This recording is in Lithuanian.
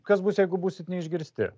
kas bus jeigu būsit neišgirsti